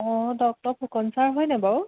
অঁ doctor Phukan sir হয়নে বাৰু